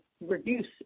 reduce